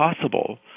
possible